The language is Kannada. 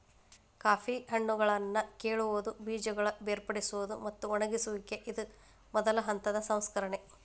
ಕಾಫಿ ಹಣ್ಣುಗಳನ್ನಾ ಕೇಳುವುದು, ಬೇಜಗಳ ಬೇರ್ಪಡಿಸುವುದು, ಮತ್ತ ಒಣಗಿಸುವಿಕೆ ಇದು ಮೊದಲ ಹಂತದ ಸಂಸ್ಕರಣೆ